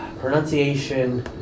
Pronunciation